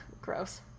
gross